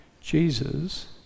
Jesus